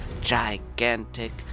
gigantic